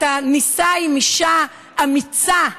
אתה נישא לאישה אמיצה,